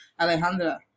Alejandra